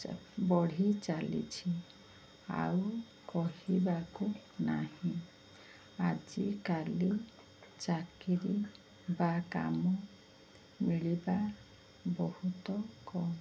ବଢ଼ି ଚାଲିଛି ଆଉ କହିବାକୁ ନାହିଁ ଆଜିକାଲି ଚାକିରି ବା କାମ ମିଳିବା ବହୁତ କମ୍